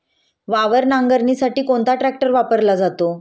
वावर नांगरणीसाठी कोणता ट्रॅक्टर वापरला जातो?